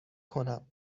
کنم